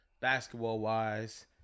basketball-wise